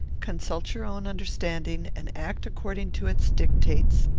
consult your own understanding, and act according to its dictates.